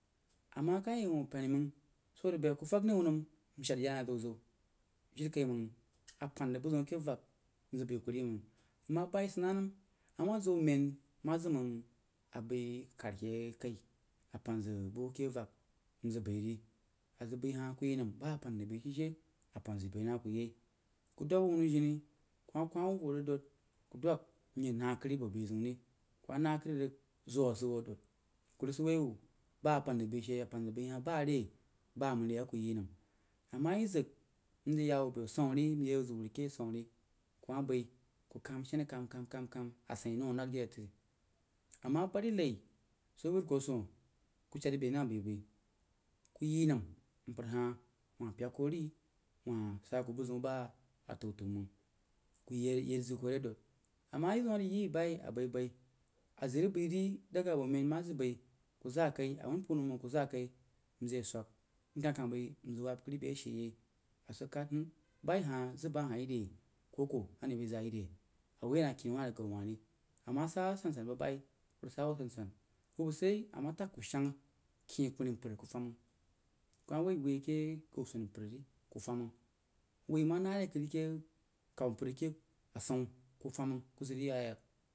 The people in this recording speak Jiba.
Amah ka yi wuh so arig bai ku fəg nai wuh nəm nshad ya na zau-zau jira kaiməng a pan zək bəg ziu keh vagha nzəg bai ku ri məng a ma bai sid na wo a ma zau mein ma zim-məng a bai kari keh kai a pan zəg bu ke vagha nzəg bai ri a zəg bai lah ku yi nəm bah pan zəg bai sid she a zəg bai na ku yai ku dob awuno jini ku ma kwah wuh ooh rig dod mye na kədri buoh beh zeun ri ku ma na kədri rig zoó sid wuo dod ku rig sid wuo ba pan zəg bai she a pan zəg bai hah bah re, bah məngre a ku yi nəm a ma yi zəg mzəg ye ya bo asəun ri mye zəg wud keh asəun ri ku ma bai ku kəm wu bəg sheni kəm-kəm-kəm asein nau nəng jiri ga tri a ma bad nai sək wud kuh suoh ku shəd rig bai ha bai-bai ku yi nəm mpər hah ku shəd rig bai ha bai-bai ku yi nəm mpər hah wah pyək kuh ri wah sa ku bəg-siu ba a tau-tau məng ku yeri, yeri sid koh re dod a ma yi zam a rig yi bayi a bai-bai a zəg rig bai ri daga buoh mein ku zəg kai a man puu’ nau məng ku zəg kai mzəg y-zwək nka kəng baha yire koh-koh are bai zəg ri re a woi na kini wah re ghau wah ri a ma sa a san-san bəg bayi ku rig sa wuh a san-san hubba sid yei a ma təg ku shəng kyeh-kumsi mpər ku fəm məng kuh ma woi wu kuh gau swani mpər ku fari məng, wui ma na re kad re kahau mpər a ke asəun ke fam məng, ku zəg rig ya yak.